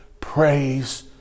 praise